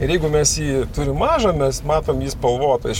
ir jeigu mes jį turim mažą mes matom jį spalvotą iš